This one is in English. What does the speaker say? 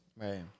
Right